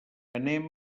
anem